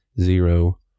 zero